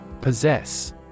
Possess